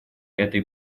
этой